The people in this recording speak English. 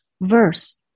Verse